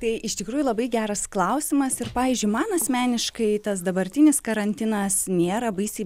tai iš tikrųjų labai geras klausimas ir pavyzdžiui man asmeniškai tas dabartinis karantinas nėra baisiai